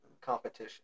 Competition